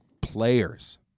players